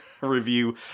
review